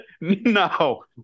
no